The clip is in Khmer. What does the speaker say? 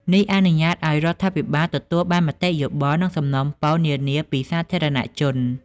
នេះអនុញ្ញាតឱ្យរដ្ឋាភិបាលទទួលបានមតិយោបល់ និងសំណូមពរនានាពីសាធារណជន។